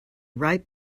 ripe